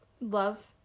love